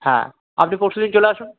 হ্যাঁ আপনি পরশু দিন চলে আসুন